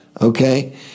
Okay